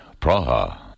Praha